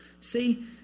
See